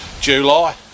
july